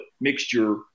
mixture